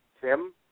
Tim